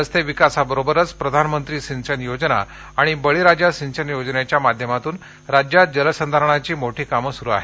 रस्ते विकासाबरोबरच प्रधानमंत्री सिंचन योजना आणि बळीराजा सिंचन योजनेच्या माध्यमातून राज्यात जलसंधारणाची मोठी कामे सुरू आहेत